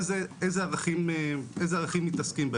באילו ערכים מתעסקים.